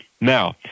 Now